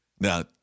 Now